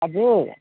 हजुर